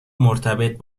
مرتبط